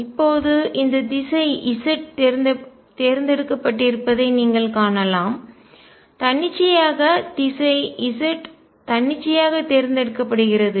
இப்போது இந்த திசை z தேர்ந்தெடுக்கப்பட்டிருப்பதை நீங்கள் காணலாம் தன்னிச்சையாக திசை z தன்னிச்சையாக தேர்ந்தெடுக்கப்படுகிறது